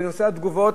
בנושא התגובות,